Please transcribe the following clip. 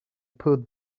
put